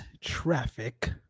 Traffic